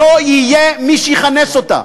לא יהיה מי שיכנס אותה.